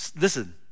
Listen